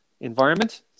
environment